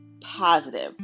positive